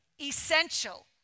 Essential